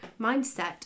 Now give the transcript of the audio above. Mindset